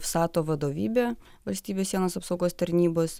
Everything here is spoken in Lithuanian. vsato vadovybė valstybės sienos apsaugos tarnybos